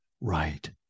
right